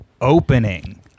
opening